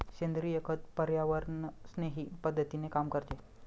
सेंद्रिय खत पर्यावरणस्नेही पद्धतीने काम करते